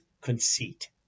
conceit